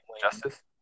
justice